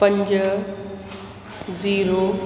पंज ज़ीरो